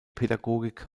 pädagogik